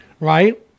right